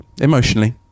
emotionally